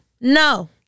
No